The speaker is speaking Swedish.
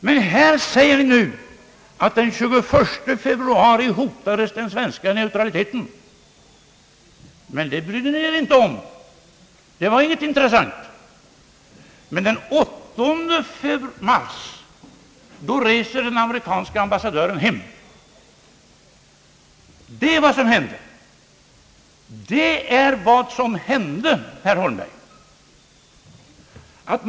Men här säger ni nu att den 21 februari hotades den svenska neutraliteten, men det brydde ni er inte om då, det var inte av något intresse. Den 8 mars reser den amerikanske ambassadören hem; det var en händelse. Det är vad som hänt, herr Holmberg.